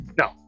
no